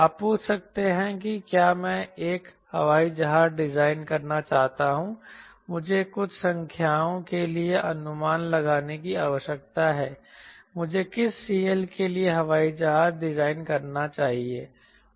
आप पूछ सकते हैं कि क्या मैं एक हवाई जहाज डिजाइन करना चाहता हूं मुझे कुछ संख्याओं के लिए अनुमान लगाने की आवश्यकता है मुझे किस CL के लिए हवाई जहाज डिजाइन करना चाहिए